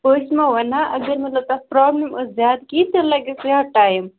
اگر مطلب تَتھ پرٛابلِم آسہِ زیادٕ کیٚنٛہہ تیٚلہِ لگٮ۪س زیادٕ ٹایم